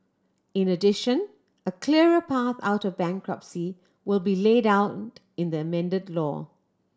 in addition a clearer path out of bankruptcy will be laid out in the amended law